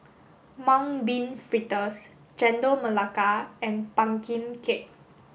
Mung Bean Fritters Chendol Melaka and pumpkin cake